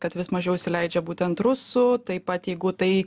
kad vis mažiau įsileidžia būtent rusų taip pat jeigu tai